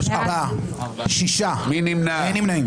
מי נמנע?